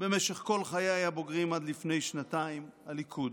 במשך כל חיי הבוגרים עד לפני שנתיים, הליכוד.